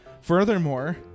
Furthermore